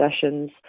sessions